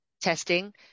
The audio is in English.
testing